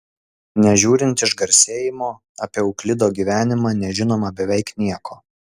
nežiūrint išgarsėjimo apie euklido gyvenimą nežinoma beveik nieko